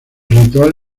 ritual